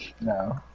No